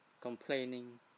complaining